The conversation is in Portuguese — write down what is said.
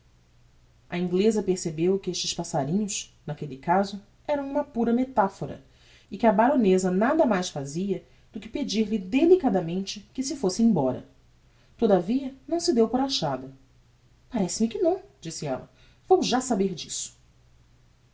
a ingleza percebeu que estes passarinhos naquelle caso eram uma pura metaphora e que a baroneza nada mais fazia do que pedir-lhe delicadamente que se fôsse embora todavia não se deu por achada parece-me que não disse ella vou já saber disso